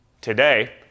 today